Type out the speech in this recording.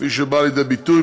כפי שבאה לידי ביטוי,